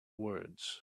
words